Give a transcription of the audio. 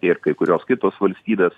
ir kai kurios kitos valstybės